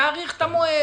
תאריך את המועד,